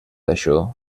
això